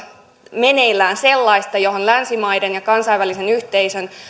meneillään sellaista johon länsimaiden ja kansainvälisen yhteisön